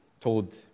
told